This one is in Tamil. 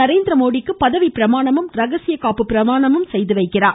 நரேந்திர மோடிக்கு பதவி பிரமாணமும் ரகசிய காப்பு பிரமாணமும் செய்து வைக்கிறார்